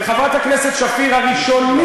וחברת הכנסת שפיר, הראשונים